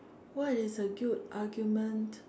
what is a good argument